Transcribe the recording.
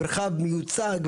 מרכז מיוצג,